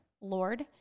Lord